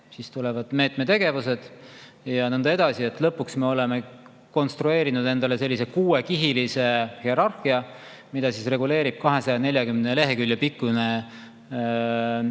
siis tulevad meetmete tegevused ja nii edasi. Lõpuks me oleme konstrueerinud endale sellise kuuekihilise hierarhia, mida reguleerib 240 lehekülje pikkune